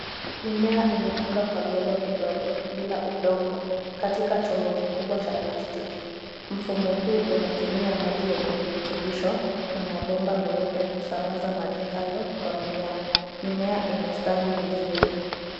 Mimea imepandwa kwa vyombo vidogo, bila udongo. Katika chombo kikubwa cha plastiki. Mfumo huu unatumia maji yenye virutubisho, na mabomba meupe kusambaza maji hayo, kwa mimea. Mimea imestawi vizuri.